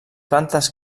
plantes